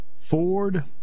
Ford